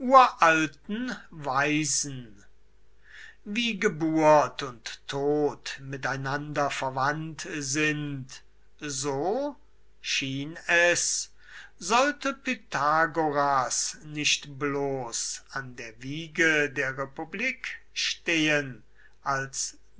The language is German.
uralten weisen wie geburt und tod miteinander verwandt sind so schien es sollte pythagoras nicht bloß an der wiege der republik stehen als